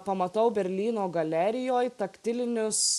pamatau berlyno galerijoj taktilinius